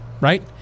right